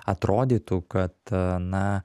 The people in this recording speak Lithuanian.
atrodytų kad na